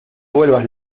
vuelvas